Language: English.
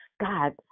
God